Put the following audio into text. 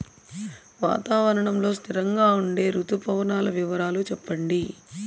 వాతావరణం లో స్థిరంగా ఉండే రుతు పవనాల వివరాలు చెప్పండి?